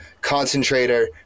concentrator